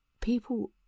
people